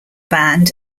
band